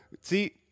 See